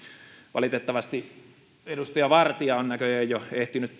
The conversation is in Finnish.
valitettavasti edustaja vartia on näköjään jo ehtinyt